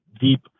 deep